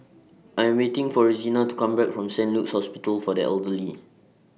I Am waiting For Rosina to Come Back from Saint Luke's Hospital For The Elderly